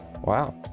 Wow